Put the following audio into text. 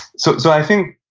so so, i think,